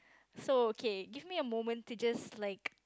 so okay give me a moment to just like